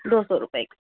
دو سو روپے کی